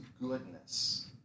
goodness